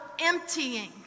emptying